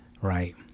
Right